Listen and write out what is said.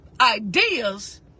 ideas